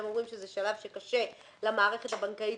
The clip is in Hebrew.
הם אומרים שזה שלב שקשה למערכת הבנקאית